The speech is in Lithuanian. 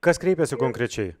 kas kreipėsi konkrečiai